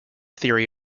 theory